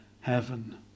heaven